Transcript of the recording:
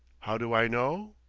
how do i know?